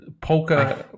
polka